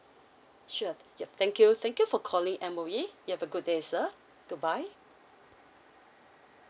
sure thank you thank you for calling M_O_E you have a good day sir goodbye